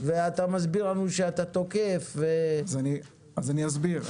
אתה מסביר לנו שאתה תוקף ו אז אני אסביר.